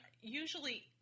usually